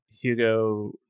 Hugo